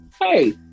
hey